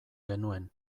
genuen